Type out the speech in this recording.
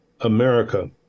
America